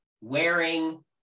wearing